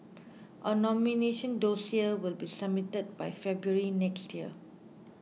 a nomination dossier will be submitted by February next year